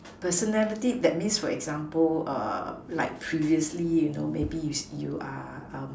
personality that means for example uh like previously you know maybe if you are um